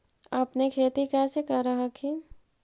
अपने खेती कैसे कर हखिन?